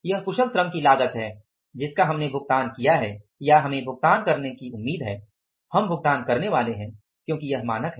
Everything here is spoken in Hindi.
यह कुशल श्रम की लागत है जिसका हमने भुगतान किया है या हमें भुगतान करने की उम्मीद है हम भुगतान करने वाले हैं क्योंकि यह मानक है